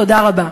תודה רבה.